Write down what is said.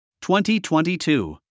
2022